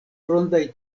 rondaj